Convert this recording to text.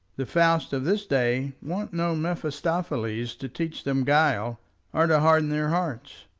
the fausts of this day want no mephistopheles to teach them guile or to harden their hearts.